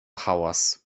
hałas